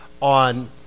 on